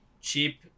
cheap